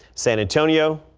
san antonio.